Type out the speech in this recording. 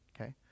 okay